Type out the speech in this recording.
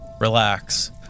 relax